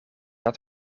dat